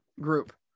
group